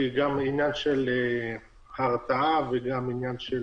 כי יש גם עניין של הרתעה וגם עניין של